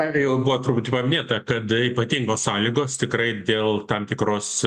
be abejo buvo truputį paminėta kad ypatingos sąlygos tikrai dėl tam tikros